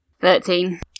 Thirteen